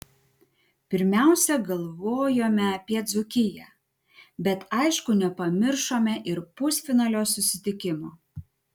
pirmiausia galvojome apie dzūkiją bet aišku nepamiršome ir pusfinalio susitikimo